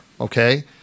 okay